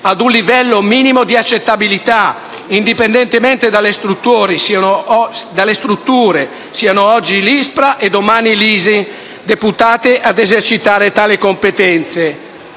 ad un livello minimo di accettabilità, indipendentemente dalle strutture (siano oggi l'ISPRA e domani l'ISIN) deputate ad esercitare tali competenze;